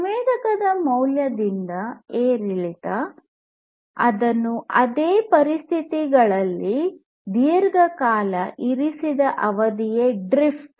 ಸಂವೇದಕದ ಮೌಲ್ಯದಲ್ಲಿ ಏರಿಳಿತ ಅದನ್ನು ಅದೇ ಪರಿಸ್ಥಿತಿಗಳಲ್ಲಿ ದೀರ್ಘಕಾಲ ಇರಿಸಿದ ಅವಧಿಯೇ ಡ್ರಿಫ್ಟ್